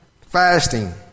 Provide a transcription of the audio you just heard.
Fasting